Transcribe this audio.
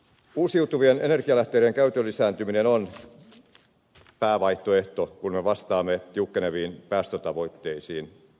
uusiutuvien energialähteiden käytön lisääminen on päävaihtoehto kun me vastaamme tiukkeneviin päästötavoitteisiin